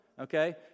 Okay